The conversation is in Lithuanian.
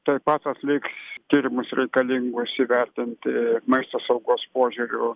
taip pat atliks tyrimus reikalingus įvertinti maisto saugos požiūriu